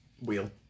Wheel